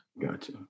Gotcha